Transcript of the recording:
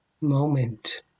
moment